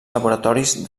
laboratoris